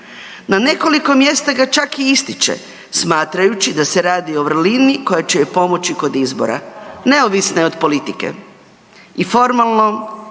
na nekoliko mjesta ga čak i ističe smatrajući da se radi o vrlini koja će joj pomoći kod izbora. Neovisna je od politike